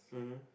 mmhmm